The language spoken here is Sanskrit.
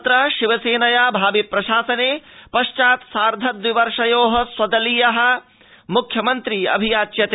तत्र शिवसेनया भावि प्रशासने पश्चातु सार्ध द्वि वर्षयो स्वदलीयं मुख्यमन्त्रि पदमु अभियाच्यते